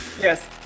Yes